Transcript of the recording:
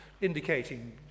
indicating